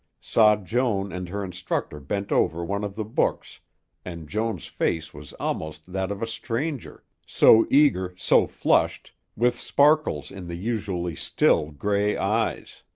saw joan and her instructor bent over one of the books and joan's face was almost that of a stranger, so eager, so flushed, with sparkles in the usually still, gray eyes.